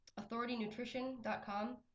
authoritynutrition.com